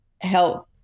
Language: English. help